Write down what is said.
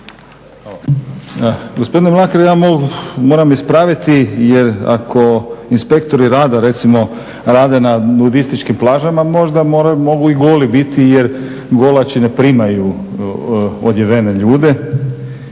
Gospodine Mlakar ja vas moram ispraviti jer ako inspektori rada recimo rade na nudističkim plažama možda mogu i goli biti jer golaći ne primaju odjevene ljude.